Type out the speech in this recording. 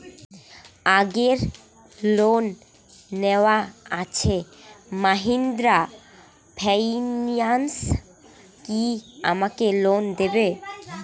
আগের লোন নেওয়া আছে মাহিন্দ্রা ফাইন্যান্স কি আমাকে লোন দেবে?